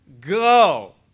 go